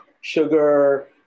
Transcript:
sugar